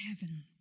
heaven